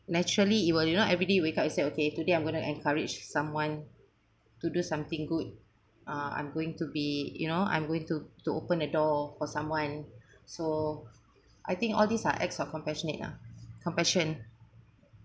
naturally you will you know every day wake up you say okay today I'm gonna to encourage someone to do something good uh I'm going to be you know I'm going to to open the door for someone so I think all these are acts of compassionate lah compassion